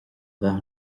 bheith